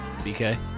BK